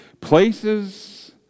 places